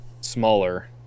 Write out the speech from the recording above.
smaller